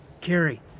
Carrie